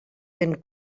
ben